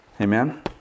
Amen